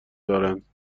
دارند